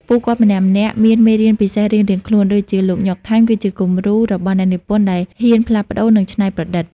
ពួកគាត់ម្នាក់ៗមានមេរៀនពិសេសរៀងៗខ្លួន ដូចជាលោកញ៉ុក ថែម គឺជាគំរូរបស់អ្នកនិពន្ធដែលហ៊ានផ្លាស់ប្តូរ និងច្នៃប្រឌិត។ ។